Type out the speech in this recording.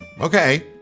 Okay